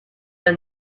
the